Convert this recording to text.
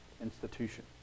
institution